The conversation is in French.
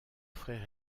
frères